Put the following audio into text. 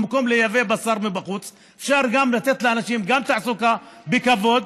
במקום לייבא בשר מבחוץ אפשר לתת לאנשים גם תעסוקה בכבוד,